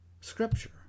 Scripture